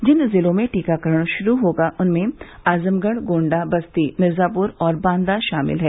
जिन जिलों में टीकाकरण शुरू होगा उनमें आजमगढ़ गोण्डा बस्ती मिर्जापुर और बांदा शामिल हैं